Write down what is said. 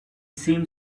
seemed